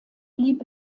blieb